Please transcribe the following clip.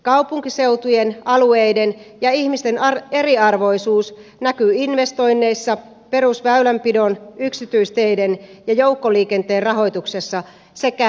kaupunkiseutujen alueiden ja ihmisten eriarvoisuus näkyy investoinneissa perusväylänpidon yksityisteiden ja joukkoliikenteen rahoituksessa sekä veropolitiikassa